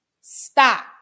stop